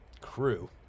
crew